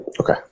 Okay